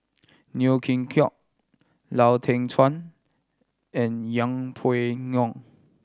Neo Chwee Kok Lau Teng Chuan and Yeng Pway Ngon